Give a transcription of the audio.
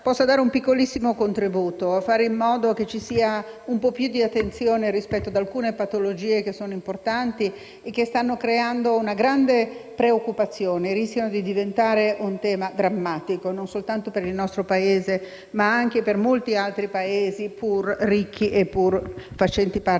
possa dare un piccolissimo contributo, per fare in modo che ci sia un po' più di attenzione rispetto ad alcune patologie, che sono importanti e che stanno creando una grande preoccupazione e rischiano di diventare un tema drammatico, non soltanto per il nostro Paese, ma anche per molti altri Paesi, pur ricchi e facenti parte